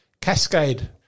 cascade